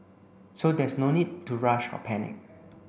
so there's no need to rush or panic